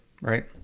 right